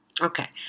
okay